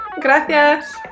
Gracias